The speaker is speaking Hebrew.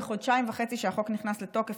בחודשיים וחצי מאז החוק נכנס לתוקף,